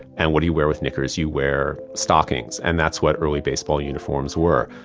and what do you wear with knickers? you wear stockings, and that's what early baseball uniforms were.